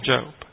Job